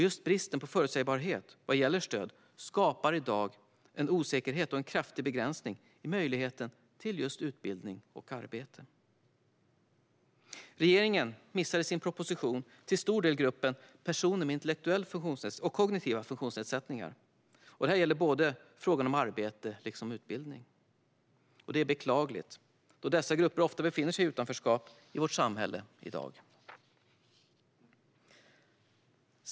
Just bristen på förutsägbarhet vad gäller stöd skapar i dag en osäkerhet och en kraftig begränsning i möjligheten till utbildning och arbete. Regeringen missar i sin proposition till stor del personer med intellektuell eller kognitiv funktionsnedsättning. Det gäller både i fråga om arbete och utbildning. Det är beklagligt, då dessa grupper ofta befinner sig i utanförskap i vårt samhälle.